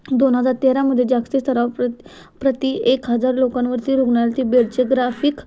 दोन हजार तेरामध्ये जागतिक स्तरावर प्रति प्रति एक हजार लोकांवरती रुग्णालती बेडचे ग्राफिक